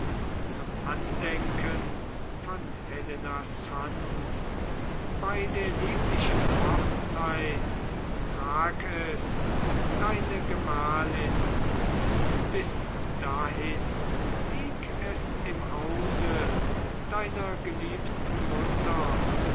zum andenken von helenas hand bei der lieblichen hochzeit trag es deine gemahlin bis dahin lieg es im hause deiner geliebten mutter